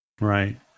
Right